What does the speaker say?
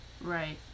Right